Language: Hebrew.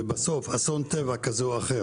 ובסוף אסון טבע כזה או אחר,